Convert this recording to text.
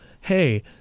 hey